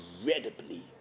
incredibly